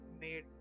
made